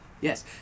Yes